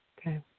Okay